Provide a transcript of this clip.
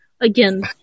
again